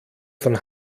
von